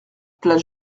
place